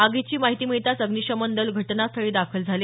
आगीची माहिती मिळताच अग्निशमन दल घटनास्थळी दाखल झाले